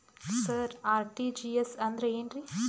ಸರ RTGS ಅಂದ್ರ ಏನ್ರೀ?